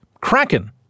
Kraken